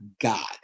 God